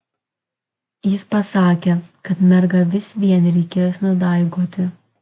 jis pasakė kad mergą vis vien reikės nudaigoti